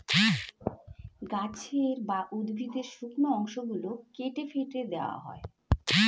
গাছের বা উদ্ভিদের শুকনো অংশ গুলো কেটে ফেটে দেওয়া হয়